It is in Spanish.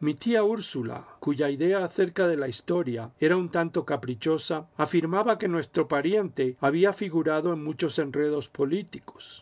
mi tía úrsula cuya idea acerca de la historia era un tanto caprichosa afirmaba que nuestro pariente había figurado en muchos enredos políticos